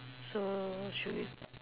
so should we